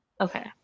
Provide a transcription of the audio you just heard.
Okay